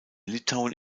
litauen